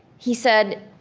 he said,